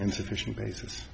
insufficient basis